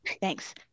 Thanks